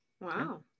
Wow